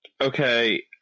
Okay